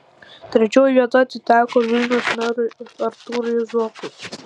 trečioji vieta atiteko vilniaus merui artūrui zuokui